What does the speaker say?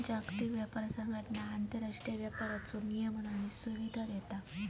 जागतिक व्यापार संघटना आंतरराष्ट्रीय व्यापाराचो नियमन आणि सुविधा देता